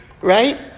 Right